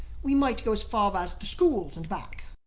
we might go as far as the schools and back.